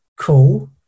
cool